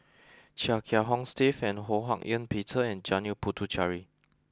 Chia Kiah Hong Steve Ho Hak Ean Peter and Janil Puthucheary